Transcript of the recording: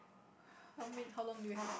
how many how long do we have